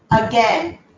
again